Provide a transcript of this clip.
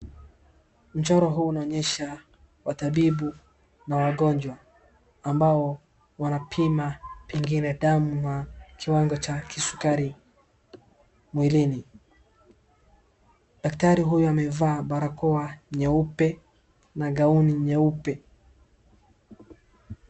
Mchoro huu unaonyesha watabibu, na wagonjwa ambao wanapima pengine damu na kiwango cha kisukari mwilini. Daktari huyo amevaa barakoa nyeupe na gauni nyeupe.